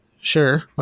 Sure